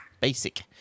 Basic